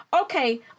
okay